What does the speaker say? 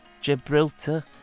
Gibraltar